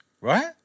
right